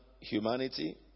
humanity